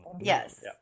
Yes